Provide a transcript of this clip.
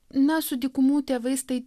na su dykumų tėvais tai